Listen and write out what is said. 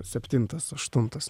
septintas aštuntas